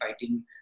fighting